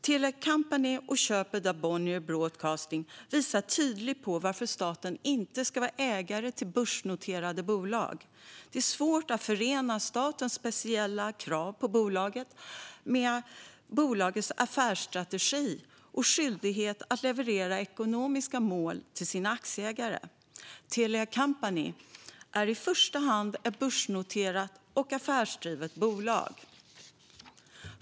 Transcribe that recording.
Telia Company och köpet av Bonnier Broadcasting visar tydligt varför staten inte ska vara ägare till börsnoterade bolag. Det är svårt att förena statens speciella krav på bolaget med bolagets affärsstrategi och skyldighet att leverera enligt de ekonomiska målen till sina aktieägare. Telia Company är i första hand ett börsnoterat och affärsdrivet bolag.